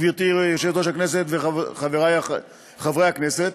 גברתי היושבת-ראש וחבריי חברי הכנסת,